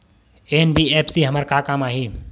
NBFC हमर का काम आही?